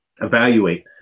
evaluate